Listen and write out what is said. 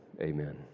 Amen